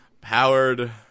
powered